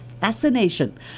fascination